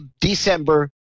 December